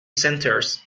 centres